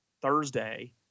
Thursday